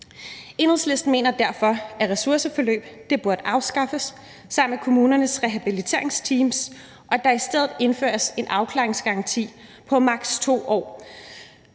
Enhedslisten mener derfor, at ressourceforløb burde afskaffes sammen med kommunernes rehabiliteringsteams, og at der i stedet bør indføres en afklaringsgaranti på maks. 2 år,